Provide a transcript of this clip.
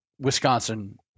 Wisconsin